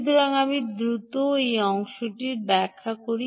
সুতরাং আমি দ্রুত সেই অংশটিও ব্যাখ্যা করি